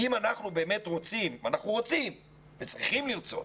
אם אנחנו באמת רוצים, ואנחנו רוצים וצריכים לרצות